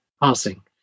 passing